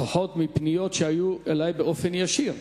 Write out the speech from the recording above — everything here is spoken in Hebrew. לפחות מפניות שהיו אלי באופן ישיר.